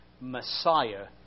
Messiah